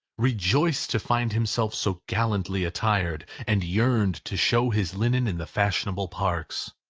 rejoiced to find himself so gallantly attired, and yearned to show his linen in the fashionable parks.